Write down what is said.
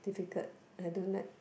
difficult I don't like